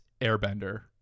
airbender